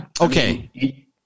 Okay